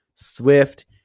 Swift